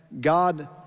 God